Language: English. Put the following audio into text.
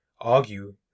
argue